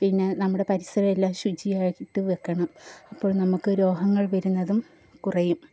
പിന്നെ നമ്മുടെ പരിസരം എല്ലാം ശുചിയായിട്ടു വെക്കണം അപ്പോൾ നമുക്ക് രോഗങ്ങൾ വരുന്നതും കുറയും